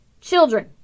children